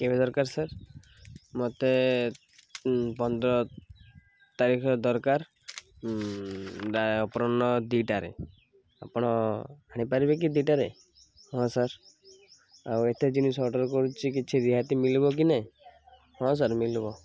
କେବେ ଦରକାର ସାର୍ ମୋତେ ପନ୍ଦର ତାରିଖରେ ଦରକାର ଅପରାହ୍ନ ଦୁଇଟାରେ ଆପଣ ଆଣିପାରିବେ କି ଦୁଇଟାରେ ହଁ ସାର୍ ଆଉ ଏତେ ଜିନିଷ ଅର୍ଡ଼ର କରୁଛି କିଛି ରିହାତି ମଳିବ କି ନା ହଁ ସାର୍ ମଳିବ